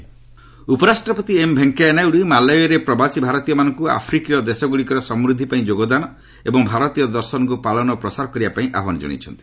VP Malawi ଉପରାଷ୍ଟ୍ରପତି M Venkaiah Naidu ମାଲାୱିରେ ପ୍ରବାସୀ ଭାରତୀମାନଙ୍କୁ ଆଫ୍ରିକିୟ ଦେଶଗୁଡ଼ିକର ସମୃଦ୍ଧି ପାଇଁ ଯୋଗଦାନ ଏବଂ ଭାରତୀୟ ଦର୍ଶନକୁ ପାଳନ ଓ ପ୍ରସାର କରିବା ପାଇଁ ଆହ୍ୱାନ ଜଣାଇଛନ୍ତି